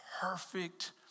perfect